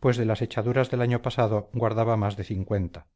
pues de las echaduras del año pasado guardaba más de cincuenta